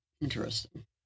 Interesting